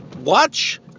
Watch